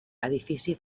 edifici